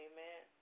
Amen